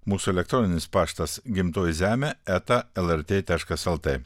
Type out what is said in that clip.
mūsų elektroninis paštas gimtoji zemė eta lrt taškas lt